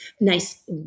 nice